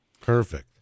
Perfect